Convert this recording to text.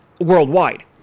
worldwide